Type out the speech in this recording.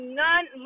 none